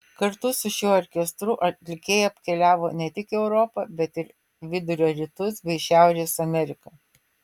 kartu su šiuo orkestru atlikėja apkeliavo ne tik europą bet ir vidurio rytus bei šiaurės ameriką